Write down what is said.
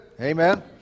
Amen